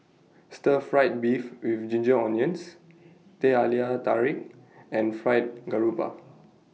Stir Fried Beef with Ginger Onions Teh Halia Tarik and Fried Garoupa